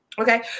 Okay